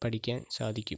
പഠിക്കാൻ സാധിക്കും